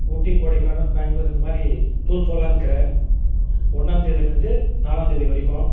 ஊட்டி கொடைக்கானல் பெங்களூர் இந்தமாதிரி டூர் போகலன்னுக்குறேன் ஒன்னாம்தேதிலேருந்து நாலாம்தேதி வரைக்கும்